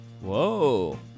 Whoa